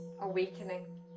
awakening